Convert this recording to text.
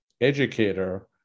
educator